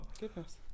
Goodness